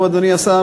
אדוני השר,